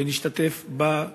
שנשתתף בה,